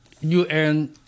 un